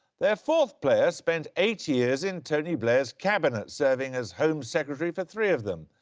their fourth player spent eight years in tony blair's cabinet, serving as home secretary for three of them.